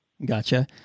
Gotcha